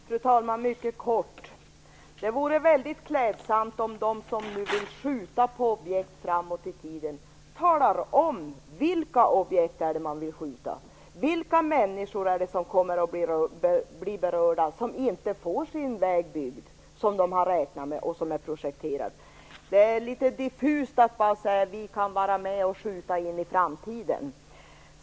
Fru talman! Jag skall fatta mig mycket kort. Det vore mycket klädsamt om de som nu vill skjuta på objekt framåt i tiden talar om vilka objekt man vill skjuta på. Vilka människor är det som kommer att bli berörda och inte får sin väg byggd som de har räknat med och som är projekterad. Det är litet diffust att säga: Vi kan vara med och skjuta på det in i framtiden.